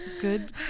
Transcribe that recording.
good